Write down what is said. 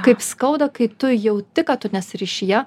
kaip skauda kai tu jauti kad tu nes ryšyje